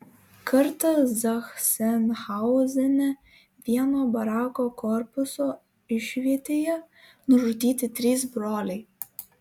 kartą zachsenhauzene vieno barako korpuso išvietėje nužudyti trys broliai